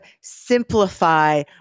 simplify